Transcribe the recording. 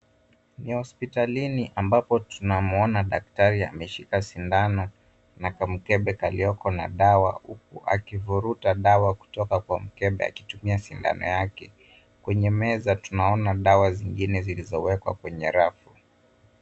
Ni hospitalini ambapo tunamuona daktari ameshika sindano na kamkebe kalioko na dawa huku akivuruta dawa kutoka kwa mkebe akitumia sindano yake. Kwenye meza tunaona dawa zingine zilizowekwa kwenye rafu.